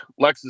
Lexus